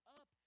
up